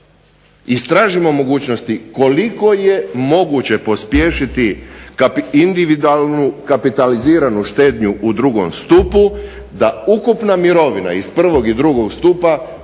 istražimo mogućnosti koliko je moguće pospješiti individualnu kapitaliziranu štednju u drugom stupu da ukupna mirovina iz prvog i drugog stupa bude